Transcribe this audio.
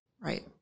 Right